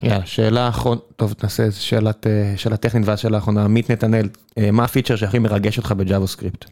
השאלה האחרונה טוב תעשה את זה שאלה טכנית ואז שאלה אחרונה. עמית נתנאל, מה הפיצ'ר שהכי מרגש אותך בג'אווה סקריפט.